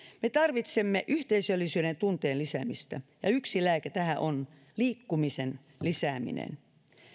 me tarvitsemme yhteisöllisyyden tunteen lisäämistä ja yksi lääke tähän on liikkumisen lisääminen